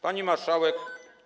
Pani Marszałek!